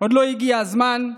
עוד לא הגיע הזמן.